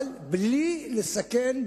אבל בלי לסכן,